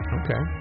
okay